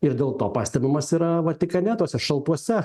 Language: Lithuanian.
ir dėl to pastebimas yra vatikane tuose šaltuose